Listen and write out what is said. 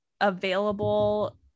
available